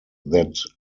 that